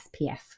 SPF